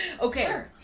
Okay